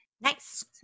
Nice